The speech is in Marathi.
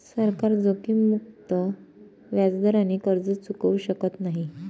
सरकार जोखीममुक्त व्याजदराने कर्ज चुकवू शकत नाही